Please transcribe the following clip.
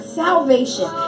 salvation